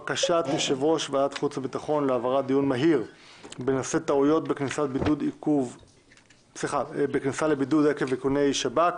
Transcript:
בקשה לדיון מהיר בנושא: "טעויות בכניסה לבידוד עקב איכוני שב"כ".